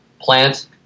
plant